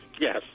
Yes